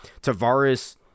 Tavares